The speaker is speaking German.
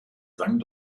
sang